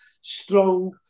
strong